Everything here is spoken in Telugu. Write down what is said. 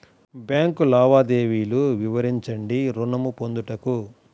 బ్యాంకు లావాదేవీలు వివరించండి ఋణము పొందుటకు?